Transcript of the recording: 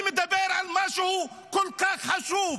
אני מדבר על משהו כל כך חשוב,